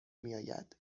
میآید